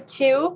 two